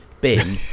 bin